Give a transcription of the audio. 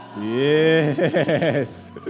Yes